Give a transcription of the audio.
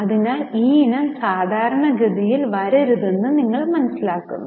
അതിനാൽ ഈ ഇനം സാധാരണ ഗതിയിൽ വരരുതെന്ന് നിങ്ങൾ മനസ്സിലാക്കുന്നു